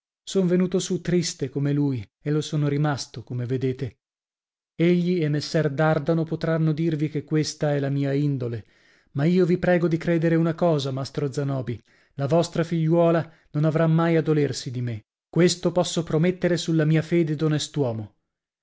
son venuto su triste come lui e lo sono rimasto come vedete egli e messer dardano potranno dirvi che questa è la mia indole ma io vi prego di credere una cosa mastro zanobi la vostra figliuola non avrà mai a dolersi di me questo posso promettere sulla mia fede d'onest'uomo